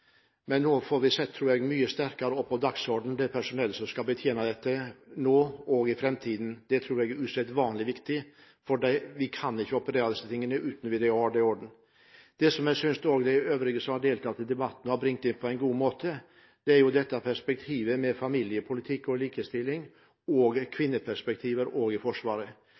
men nå får vi satt mye sterkere på dagsordenen det personellet som skal betjene dette nå og i framtiden. Det tror jeg er usedvanlig viktig. Vi kan ikke operere alle disse tingene uten å ha dette i orden. Det som jeg synes de øvrige som har deltatt i debatten, har brakt inn på en god måte, er perspektivet på familiepolitikk og likestilling – også kvinneperspektivet – i Forsvaret.